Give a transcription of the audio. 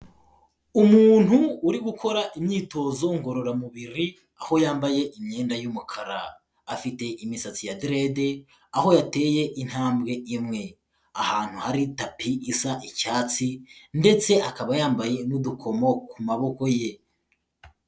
Umuntu uri gukora imyitozo ngororamubiri aho yambaye imyenda y'umukara. Afite imisatsi ya direde aho yateye intambwe imwe. Ahantu hari tapi isa icyatsi ndetse akaba yambaye n'udukomo ku maboko ye.